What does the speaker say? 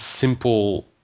simple